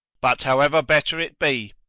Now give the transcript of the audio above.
but however better it be,